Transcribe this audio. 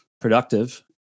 productive